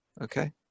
Okay